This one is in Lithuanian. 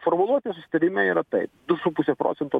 formuluotė susitarime yra taip du su puse procento